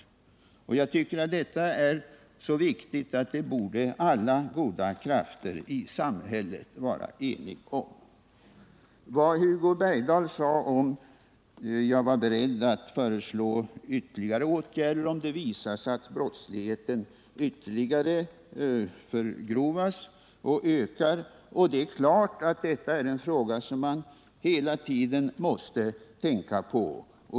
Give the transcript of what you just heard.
Jag tycker att detta är så viktigt att alla goda krafter i samhället borde vara eniga om det. Hugo Bergdahl frågade om jag var beredd att föreslå ytterligare åtgärder om det visar sig att brottsligheten ytterligare förgrovas och ökar. Det är klart att det är en fråga som man hela tiden måste tänka på.